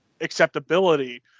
acceptability